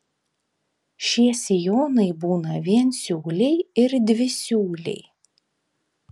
šie sijonai būna viensiūliai ir dvisiūliai